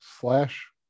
slash